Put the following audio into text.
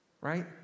right